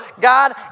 God